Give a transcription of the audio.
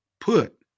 put